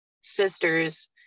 sisters